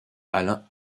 alain